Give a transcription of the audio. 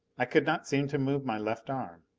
i could not seem to move my left arm.